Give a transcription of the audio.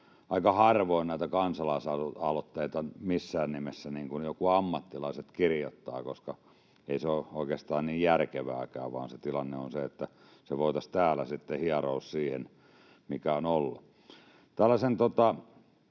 aika harvoin näitä kansalaisaloitteita missään nimessä jotkut ammattilaiset kirjoittavat, koska ei se ole oikeastaan järkevääkään, vaan se voitaisiin täällä sitten hieroa siihen, mikä on ollut.